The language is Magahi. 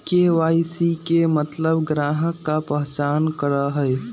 के.वाई.सी के मतलब ग्राहक का पहचान करहई?